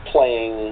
Playing